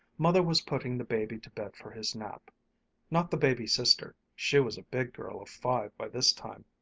mother was putting the baby to bed for his nap not the baby-sister she was a big girl of five by this time,